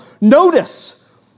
Notice